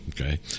okay